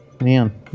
Man